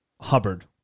hubbard